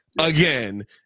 again